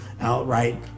outright